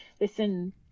listen